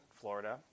Florida